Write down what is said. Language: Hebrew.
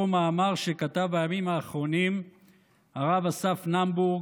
מאמר שכתב בימים האחרונים הרב אסף נאומבורג,